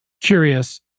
curious